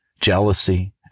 jealousy